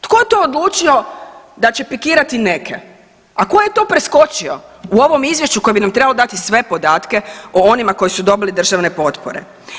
Tko to odlučio da će pikirati neke, a tko je to preskočio u ovom izvješću koje bi nam trebalo dati sve podatke o onima koji su dobili državne potpore?